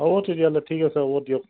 হ'ব তেতিয়াহ'লে ঠিক আছে হব দিয়ক